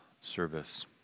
service